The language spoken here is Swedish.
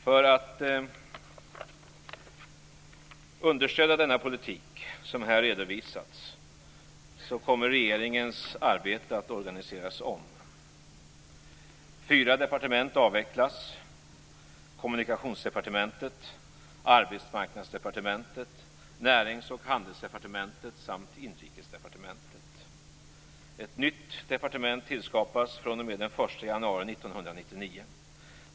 För att understödja denna politik som här redovisats kommer regeringens arbete att organiseras om. Ett nytt departement tillskapas fr.o.m. den 1 januari 1999.